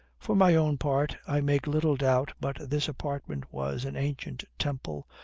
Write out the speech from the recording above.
for my own part, i make little doubt but this apartment was an ancient temple,